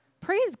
Praise